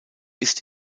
ist